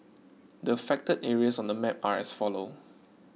the affected areas on the map are as follow